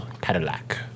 Cadillac